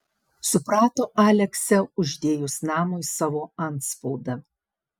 suprato aleksę uždėjus namui savo antspaudą